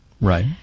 Right